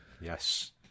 Yes